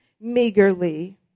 meagerly